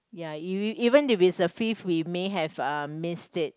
ya even even if it's a fifth we may have uh missed it